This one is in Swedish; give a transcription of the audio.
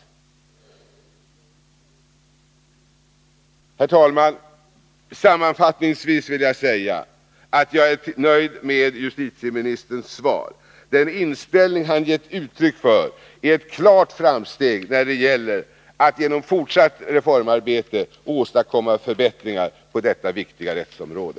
Herr talman! Sammanfattningsvis vill jag säga att jag är nöjd med justitieministerns svar. Den inställning han gett uttryck för är ett klart framsteg när det gäller att genom fortsatt reformarbete åstadkomma förbättringar på detta viktiga rättsområde.